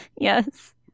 Yes